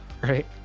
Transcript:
Right